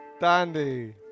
Dandy